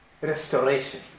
restoration